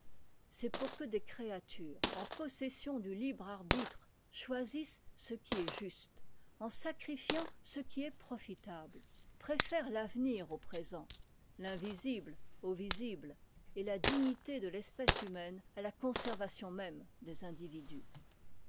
c'est pour que des créatures en possession du libre arbitre choisissent ce qui est juste en sacrifiant ce qui est profitable préfèrent l'avenir au présent l'invisible au visible et la dignité de l'espèce humaine à la conservation même des individus